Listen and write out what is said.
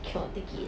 cannot take it